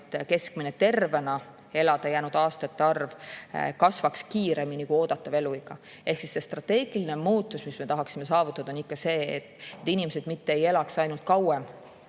keskmine tervena elada jäänud aastate arv kasvaks kiiremini kui oodatav eluiga. Ehk strateegiline muutus, mida me tahaksime saavutada, on ikka see, et inimesed ei elaks meie